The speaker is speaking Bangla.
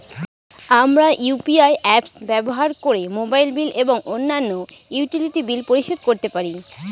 আমরা ইউ.পি.আই অ্যাপস ব্যবহার করে মোবাইল বিল এবং অন্যান্য ইউটিলিটি বিল পরিশোধ করতে পারি